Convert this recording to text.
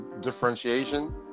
differentiation